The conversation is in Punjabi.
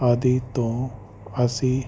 ਆਦਿ ਤੋਂ ਅਸੀਂ